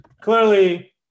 clearly